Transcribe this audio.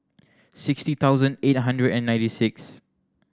sixty thousand eight hundred and ninety six